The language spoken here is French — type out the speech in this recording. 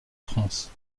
france